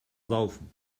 saufen